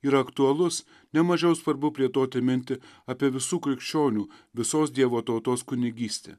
yra aktualus nemažiau svarbu plėtoti mintį apie visų krikščionių visos dievo tautos kunigystę